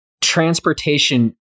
transportation